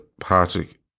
Patrick